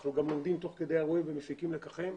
אנחנו גם לומדים תוך כדי האירועים ומפיקים לקחים.